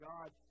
God